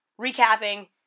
recapping